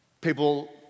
People